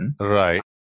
right